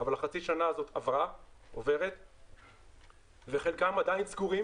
אבל החצי שנה הזאת עוברת וחלקם עדיין סגורים